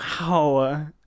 Wow